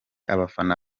abafana